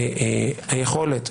סליחה.